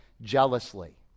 jealously